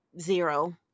zero